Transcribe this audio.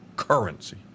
currency